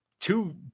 two